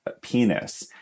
penis